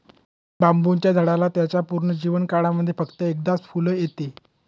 बांबुच्या झाडाला त्याच्या पूर्ण जीवन काळामध्ये फक्त एकदाच फुल येत